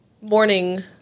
morning